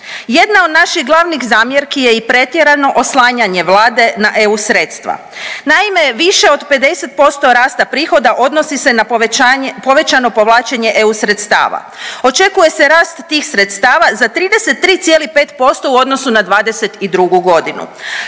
Jedna od naših glavnih zamjerki je i pretjerano oslanjanje Vlade na eu sredstva. Naime, više od 50% rasta prihoda odnosi se na povećano povlačenje eu sredstava. Očekuje se rast tih sredstava za 33,5% u odnosu na '22.g.